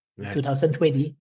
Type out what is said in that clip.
2020